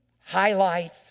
highlights